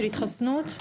של התחסנות,